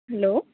hello